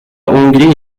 hongrie